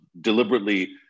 deliberately